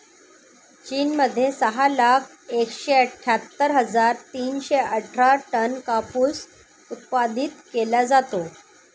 चीन मध्ये सहा लाख एकशे अठ्ठ्यातर हजार तीनशे अठरा टन कापूस उत्पादित केला जातो